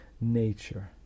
nature